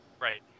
Right